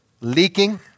leaking